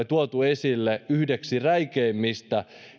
tuotu esille yhtenä suomen räikeimmistä